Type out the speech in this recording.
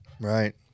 Right